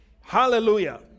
Hallelujah